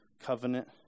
covenant